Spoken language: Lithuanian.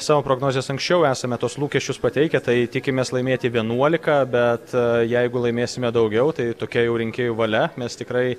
savo prognozes anksčiau esame tuos lūkesčius pateikę tai tikimės laimėti veinuolika bet jeigu laimėsime daugiau tai tokia jau rinkėjų valia mes tikrai